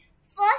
first